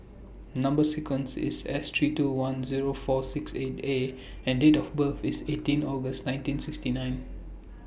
Number sequence IS S three two one Zero four six eight A and Date of birth IS eighteen August nineteen sixty nine